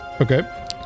Okay